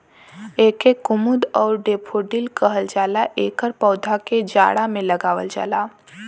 एके कुमुद आउर डैफोडिल कहल जाला एकर पौधा के जाड़ा में लगावल जाला